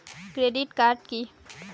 Credit card key?